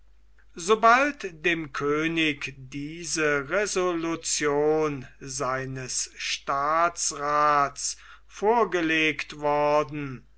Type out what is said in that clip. sobald dem könig diese resolution seines staatsraths vorgelegt worden